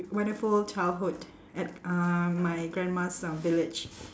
wonderful childhood at uh my grandma's uh village